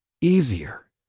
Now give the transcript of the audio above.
easier